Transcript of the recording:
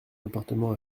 appartement